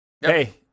Hey